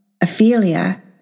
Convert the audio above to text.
Ophelia